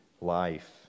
life